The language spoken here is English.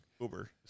Uber